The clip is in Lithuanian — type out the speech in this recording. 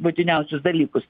būtiniausius dalykus